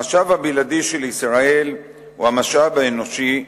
המשאב הבלעדי של ישראל הוא המשאב האנושי,